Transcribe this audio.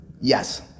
Yes